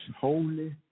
holy